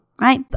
right